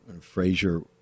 Frazier